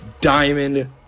diamond